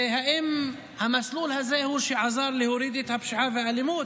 ואם המסלול הזה הוא שעזר להוריד את הפשיעה והאלימות.